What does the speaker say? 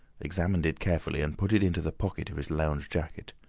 examined it carefully, and put it into the pocket of his lounge jacket.